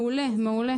מעולה.